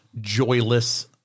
joyless